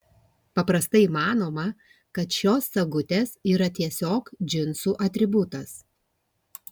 paprastai manoma kad šios sagutės yra tiesiog džinsų atributas